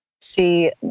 see